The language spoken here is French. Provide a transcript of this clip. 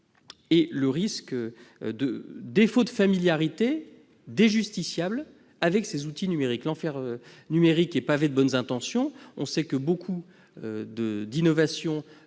et le risque de défaut de familiarité des justiciables avec ces outils numériques. L'enfer numérique est pavé de bonnes intentions. Nombre d'innovations